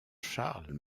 charles